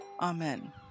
Amen